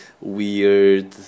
weird